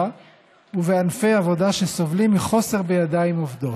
ובענפי עבודה שסובלים מחוסר בידיים עובדות.